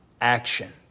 action